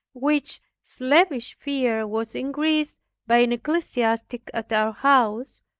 which slavish fear was increased by an ecclesiastic at our house,